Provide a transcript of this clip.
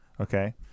okay